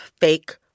fake